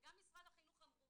וגם משרד החינוך אמרו,